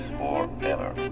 forever